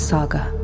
Saga